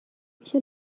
میشه